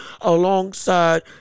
alongside